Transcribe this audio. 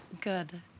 Good